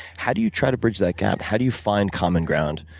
how do you try to bridge that gap? how do you find common ground